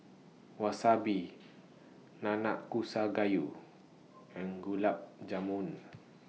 Wasabi Nanakusa Gayu and Gulab Jamun